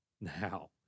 Now